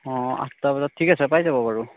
অ আঠটা বজাত ঠিক আছে পাই যাব বাৰু